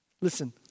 Listen